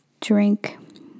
drink